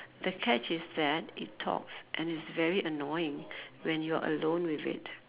the catch is that it talks and it's very annoying when you are alone with it